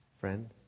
Friend